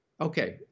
Okay